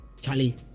Charlie